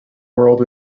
word